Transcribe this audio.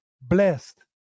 blessed